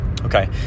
Okay